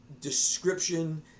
description